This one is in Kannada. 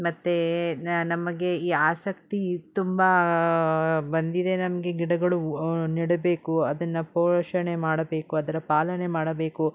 ಮತ್ತು ನಮಗೆ ಈ ಆಸಕ್ತಿ ತುಂಬ ಬಂದಿದೆ ನಮಗೆ ಗಿಡಗಳು ನೆಡಬೇಕು ಅದನ್ನು ಪೋಷಣೆ ಮಾಡಬೇಕು ಅದರ ಪಾಲನೆ ಮಾಡಬೇಕು